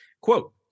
Quote